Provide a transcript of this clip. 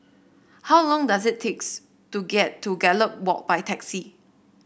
how long does it takes to get to Gallop Walk by taxi